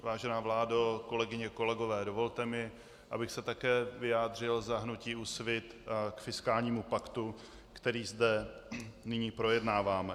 Vážená vládo, kolegyně, kolegové, dovolte mi, abych se také vyjádřil za hnutí Úsvit k fiskálnímu paktu, který zde nyní projednáváme.